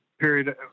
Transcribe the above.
period